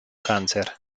cáncer